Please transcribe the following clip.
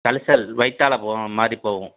கழிச்சல் வயிற்றால போகிற மாதிரி போகும்